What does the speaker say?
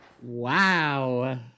wow